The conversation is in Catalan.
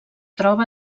troba